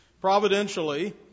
Providentially